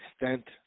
extent